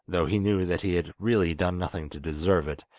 though he knew that he had really done nothing to deserve it,